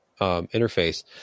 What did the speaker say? interface